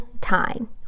time